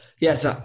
Yes